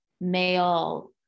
male